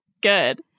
good